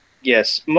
Yes